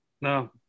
No